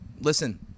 Listen